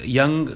young